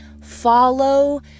Follow